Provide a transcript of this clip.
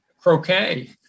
croquet